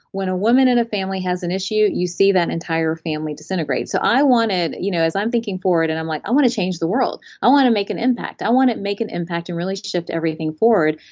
when a woman and a family has an issue you see that entire family disintegrate. so i wanted, you know as i'm thinking forward and i'm like, i want to change the world. i want to make an impact. i want to make an impact in relationship to everything forward.